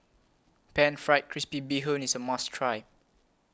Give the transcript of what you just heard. Pan Fried Crispy Bee Hoon IS A must Try